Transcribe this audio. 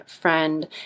friend